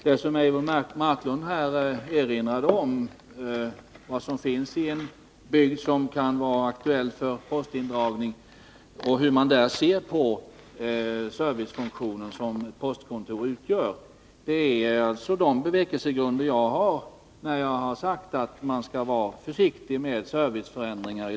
Det som Eivor Marklund här erinrade om — vad som finns i en by som kan vara aktuell för postindragning och hur man där ser på den servicefunktion som ett postkontor utgör — överensstämmer med de bevekelsegrunder jag har när jag har sagt att man skall försiktig med serviceförändringar.